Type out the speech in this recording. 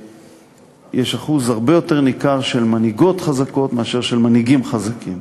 יש אחוז הרבה יותר ניכר של מנהיגות חזקות משל מנהיגים חזקים.